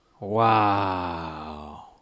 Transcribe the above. Wow